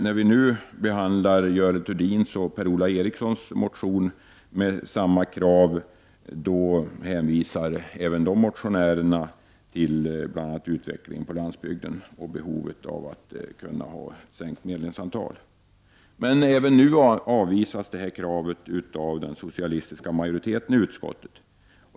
När vi nu behandlar Görel Thurdins och Per-Ola Erikssons motion med samma krav, hänvisar också dessa motionärer till bl.a. utvecklingen på landsbygden och behovet av att sänka kravet på lägsta antal medlemmar. Även nu avvisas detta krav av den socialistiska majoriteten i utskottet.